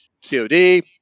COD